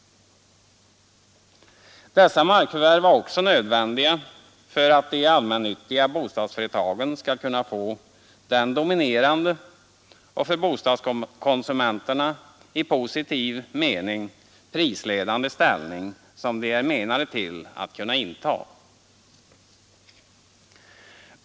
Dessa markförvärv är också nödvändiga för att de allmännyttiga bostadsföretagen skall kunna få den dominerande och för bostadskonsumenterna i positiv mening prisledande ställning som de är avsedda att kunna inta.